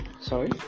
Sorry